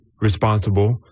responsible